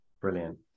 brilliant